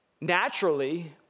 Naturally